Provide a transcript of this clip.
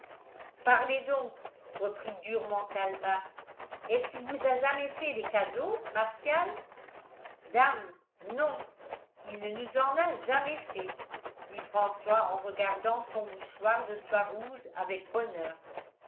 parlez donc reprit durement calebasse est-ce qu'il vous a jamais fait des cadeaux martial dame non il ne nous en a jamais fait dit françois en regardant son mouchoir de soie rouge avec bonheur